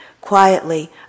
quietly